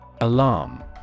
Alarm